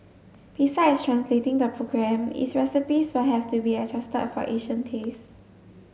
besides translating the program its recipes will have to be adjusted for Asian tastes